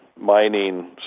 mining